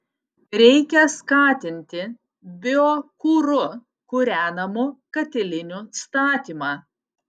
reikia skatinti biokuru kūrenamų katilinių statymą